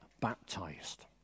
baptized